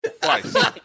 Twice